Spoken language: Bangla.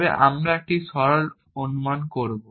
তবে আমরা একটি সরল অনুমান করব